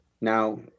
now